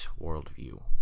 worldview